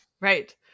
Right